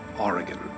Oregon